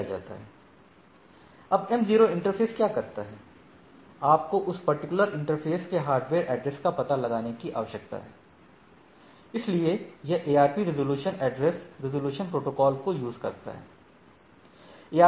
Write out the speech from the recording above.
अब m0 इंटरफ़ेसक्या करता है आपको उस पर्टिकुलर इंटरफ़ेसके हार्डवेयर एड्रेस का पता लगाने की आवश्यकता है इसलिए यह ARP resolution address resolution protocol को यूज करता है